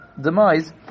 demise